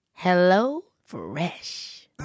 HelloFresh